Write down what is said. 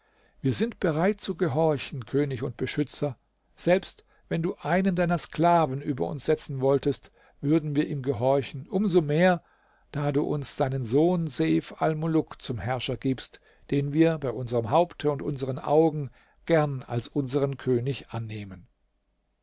wir sind bereit zu gehorchen könig und beschützer selbst wenn du einen deiner sklaven über uns setzen wolltest würden wir ihm gehorchen umso mehr da du uns deinen sohn seif almuluk zum herrscher gibst den wir bei unserm haupte und unsern augen gern als unsern könig annehmen